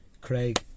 Craig